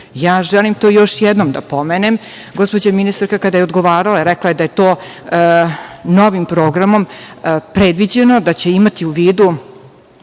želim to još jednom da pomenem. Gospođa ministarka kada je odgovarala rekla je da je to novim programom predviđeno da će imati u vidu